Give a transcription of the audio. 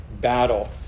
battle